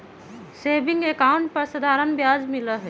saving account पर साधारण ब्याज मिला हई